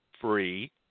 free